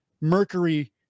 Mercury